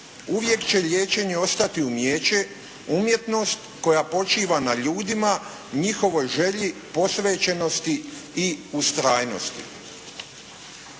uvijek će liječenje ostati umijeće, umjetnost koja počiva na ljudima, njihovoj želji, posvećenosti i ustrajnosti.